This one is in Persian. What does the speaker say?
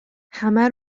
همه